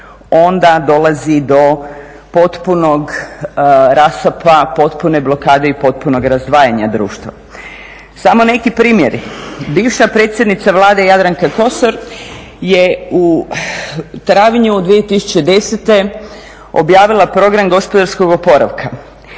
onda dolazi do potpunog rasapa, potpune blokade i potpunog razdvajanja društva. Samo neki primjeri, bivša predsjednica Vlade Jadranka Kosor je u travnju 2010. objavila program gospodarskog oporavka,